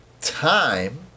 time